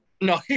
No